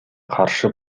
каршы